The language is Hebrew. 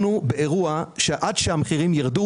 עד שהמחירים ירדו